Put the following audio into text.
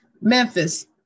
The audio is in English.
Memphis